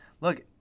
look